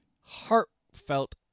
heartfelt